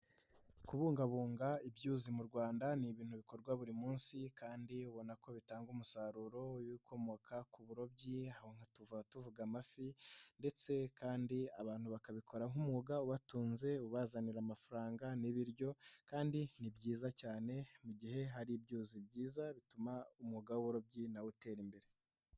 Kubungabunga ibyuzi mu Rwanda ni ibintu bikorwa buri munsi kandi ubona ko bitanga umusaruro w'ibikomoka ku burobyi, aho tuba tuvuga amafi ndetse kandi abantu bakabikora nk'umwuga ubatunze ubazanira amafaranga n'ibiryo kandi ni byiza cyane mu gihe hari ibyuzi byiza bituma umwuga w'uburobyi na wo utera imbere.